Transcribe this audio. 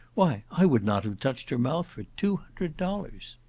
why i would not have touched her mouth for two hundred dollars!